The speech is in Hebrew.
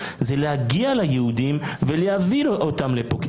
זה להגיע ליהודים ולהביא אותם לפה.